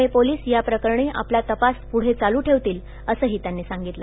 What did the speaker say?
Pune police या करणी आपला तपास पुढे चालू ठेवतील असंही यांनी सांगितलं